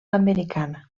americana